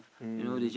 mm